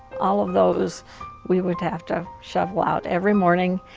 all of those we would have to shovel out every morning.